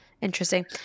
Interesting